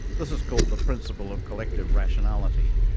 this is called the principle of collective rationality.